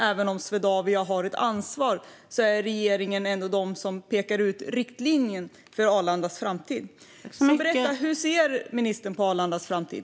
Även om Swedavia har ett ansvar är det ändå regeringen som pekar ut riktlinjen för Arlandas framtid. Hur ser ministern på Arlandas framtid?